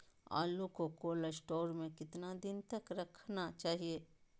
आलू को cold store में कितना दिन तक रखना चाहिए?